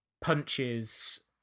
punches